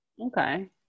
Okay